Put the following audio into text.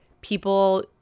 people